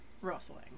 rustling